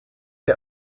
der